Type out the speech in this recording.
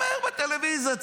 אומר בטלוויזיה,